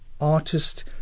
artist